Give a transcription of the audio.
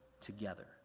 together